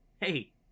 hey